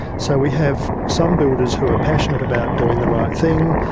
so we have some builders who are passionate about doing the right thing.